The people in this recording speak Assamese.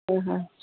হয় হয়